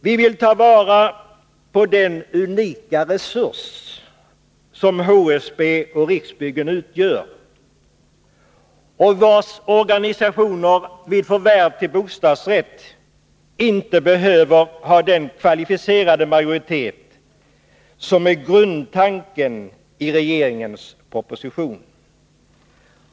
Vi vill ta till vara den unika resurs som HSB och Riksbyggen utgör och vars organisationer vid förvärv för bostadsrätt inte behöver ha den kvalificerade majoritet som är grundtanken i regeringens proposition.